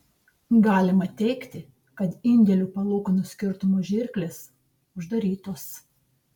galima teigti kad indėlių palūkanų skirtumo žirklės uždarytos